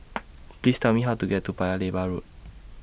Please Tell Me How to get to Paya Lebar Road